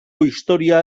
historia